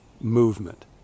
movement